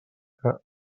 que